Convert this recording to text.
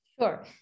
Sure